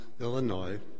Illinois